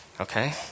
Okay